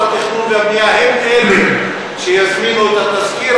התכנון והבנייה הן שיזמינו את התסקיר,